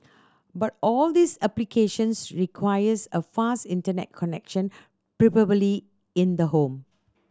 but all these applications requires a fast Internet connection in the home